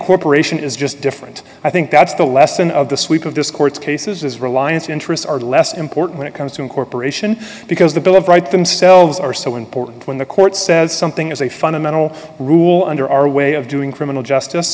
incorporation is just different i think that's the lesson of the sweep of this court's cases is reliance interests are less important when it comes to incorporation because the bill of rights themselves are so important when the court says something as a fundamental rule under our way of doing criminal justice